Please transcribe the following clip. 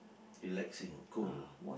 relaxing cool